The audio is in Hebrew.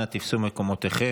אנא תפסו מקומותיכם.